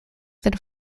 then